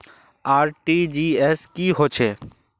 RTGS की होचए?